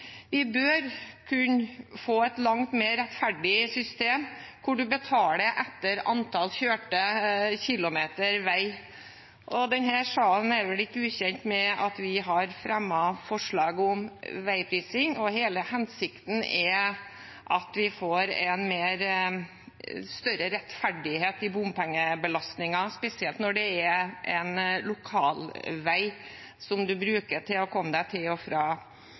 Vi bør kunne få et langt mer rettferdig system hvor man betaler etter antall kjørte kilometer vei. Denne salen er vel ikke ukjent med at vi har fremmet forslag om veiprising, og hele hensikten er at vi får en større rettferdighet i bompengebelastningen, spesielt når det er en lokalvei som man bruker til å komme seg til og fra